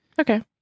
Okay